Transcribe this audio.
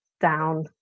down